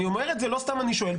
אני אומר את זה לא סתם אני שואל,